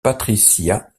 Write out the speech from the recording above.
patricia